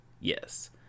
Yes